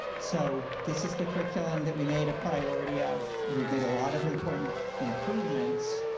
so, this is the curriculum that we made a priority of. we've made a lot of important improvements.